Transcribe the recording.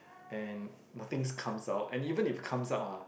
and nothing comes out and even if comes out ah